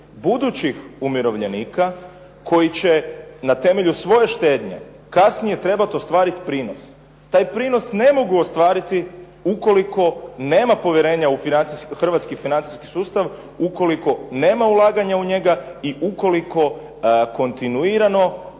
budućih umirovljenika koji će na temelju svoje štednje kasnije trebat ostvarit prinos. Taj prinos ne mogu ostvariti ukoliko nema povjerenja u hrvatski financijski sustav, ukoliko nema ulaganja u njega i ukoliko kontinuirano